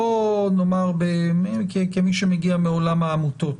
בוא נאמר, כמי שמגיע מעולם העמותות,